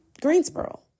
Greensboro